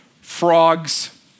Frogs